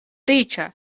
riĉa